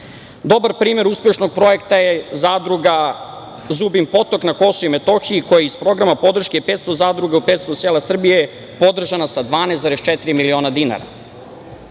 primer uspešnog projekta je zadruga Zubin Potok na KiM koji iz programa podrške „500 zadruge u 500 sela Srbije“ podržana sa 12,4 miliona dinara.